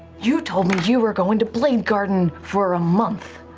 you told me you were going to bladegarden for a month.